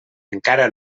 encara